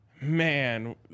man